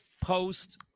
post